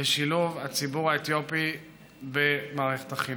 בשילוב הציבור האתיופי במערכת החינוך.